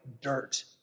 dirt